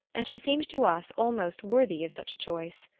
and she seemed to us almost worthy of such a choice.